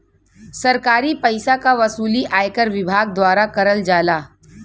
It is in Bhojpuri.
सरकारी पइसा क वसूली आयकर विभाग द्वारा करल जाला